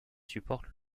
supporte